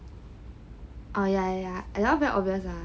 oh ya ya a lot of where august ah